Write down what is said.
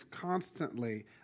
constantly